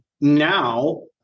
now